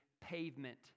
pavement